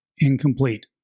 incomplete